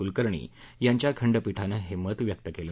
कुलकर्णी यांच्या खंडपीठानं हे मत व्यक्त केलं